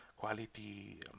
Quality